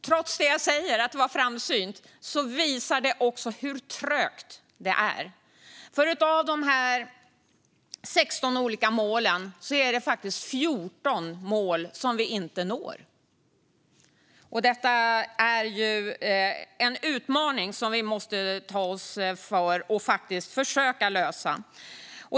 Trots det jag säger om att det var framsynt visar detta också hur trögt det går, för av de 16 olika målen är det 14 mål vi inte når. Det är en utmaning vi måste ta oss an och faktiskt försöka lösa.